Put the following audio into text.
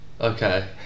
Okay